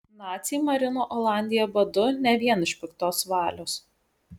naciai marino olandiją badu ne vien iš piktos valios